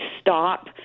stop